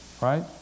right